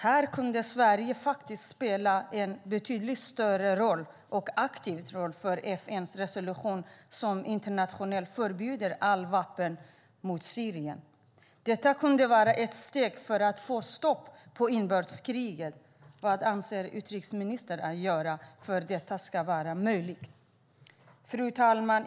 Här kunde Sverige faktiskt spela en betydligt större och mer aktiv roll för en FN-resolution om ett internationellt vapenembargo mot Syrien. Detta kunde vara ett steg för att få stopp på inbördeskriget. Vad avser utrikesministern att göra för att detta ska vara möjligt? Fru talman!